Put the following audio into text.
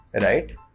right